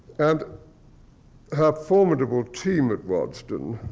and her formidable team at waddesdon.